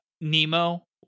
Nemo